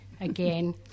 again